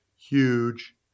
Huge